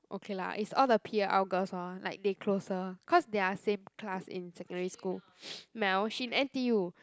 okay lah it's all the p_a_l girls lor like they closer cause they are same class in secondary school Mel she in n_t_u